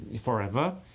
forever